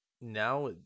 now